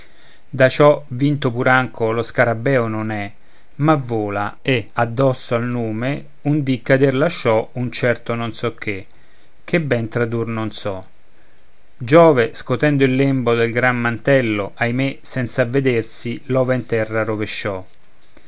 da ciò vinto pur anco lo scarabeo non è ma vola e addosso al nume un dì cader lasciò un certo non so che che ben tradur non so giove scotendo il lembo del gran mantello ahimè senz'avvedersi l'ova in terra rovesciò